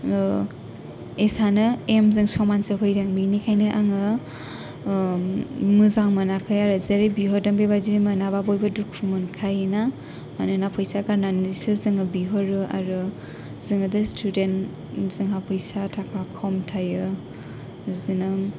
S आनो एम जों समानसो फैदों बिनिखायनो मोजां मोनाखै आरो जेरै बिहरदों बेबादिनो मोनाबा बयबो दुखु मोनखायोना मानोना फैसा गारनानैसो जोङो बिहरो आरो जोङोथ' स्टुदेन्ट जों हा फैसा थाखा खम थायो बिदिनो